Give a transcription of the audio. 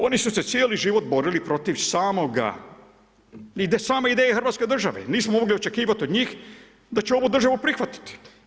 Oni su se cijeli život borili protiv samoga, same ideje hrvatske države, nismo mogli očekivati od njih da će ovu državu prihvatiti.